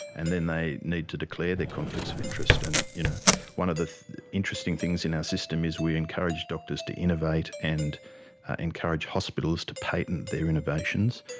and then they need to declare their conflicts of interest. you know one of the interesting things in our system is we encourage doctors to innovate and encourage hospitals to patent their innovations.